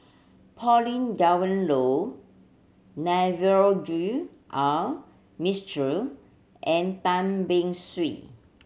Pauline Dawn Loh Navroji R Mistri and Tan Beng Swee